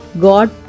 God